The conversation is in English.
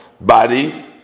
body